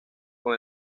con